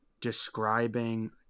describing